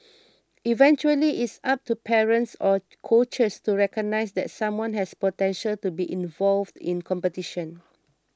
eventually it's up to parents or coaches to recognise that someone has potential to be involved in competition